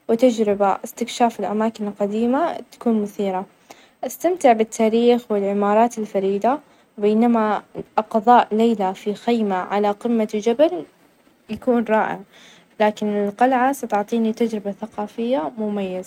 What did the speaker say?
فرصة استكشف العالم الجديد تحت الماء، أجد المحيط مثير وغامظ، وكثيرٌ من أسراره لا تزال غيرمستكشفة بينما الفظاء مثير أيظًا، إلى أن المحيط قريب جدًا مننا يمكننا التفاعل مع الحياة فيه بشكل مباشر.